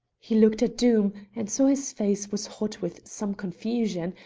he looked at doom, and saw his face was hot with some confusion,